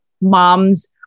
moms